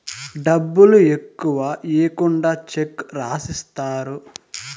డబ్బులు ఎక్కువ ఈకుండా చెక్ రాసిత్తారు